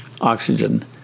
Oxygen